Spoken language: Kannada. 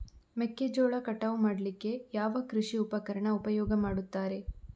ಮೆಕ್ಕೆಜೋಳ ಕಟಾವು ಮಾಡ್ಲಿಕ್ಕೆ ಯಾವ ಕೃಷಿ ಉಪಕರಣ ಉಪಯೋಗ ಮಾಡ್ತಾರೆ?